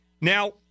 Now